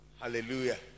Hallelujah